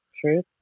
Truth